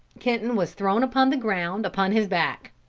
kenton was thrown upon the ground upon his back.